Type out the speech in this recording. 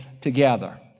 together